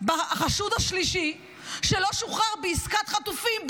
בחשוד השלישי שלא שוחרר בעסקת חטופים,